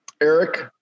eric